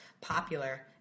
popular